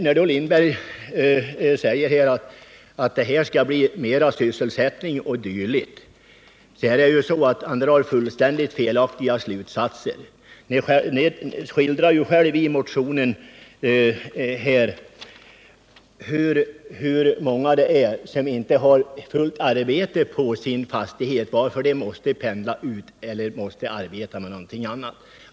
När Sven Lindberg säger att det skall bli mer sysselsättning o. d., drar han fullständigt felaktiga slutsatser. Ni skildrar själva i motionen hur många det är som inte har fullt arbete på sin fastighet, varför de måste pendla ut eller arbeta med något annat.